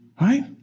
Right